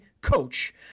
coach